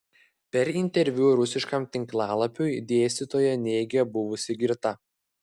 per interviu rusiškam tinklalapiui dėstytoja neigė buvusi girta